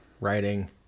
writing